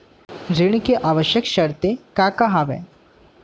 ऋण के आवश्यक शर्तें का का हवे?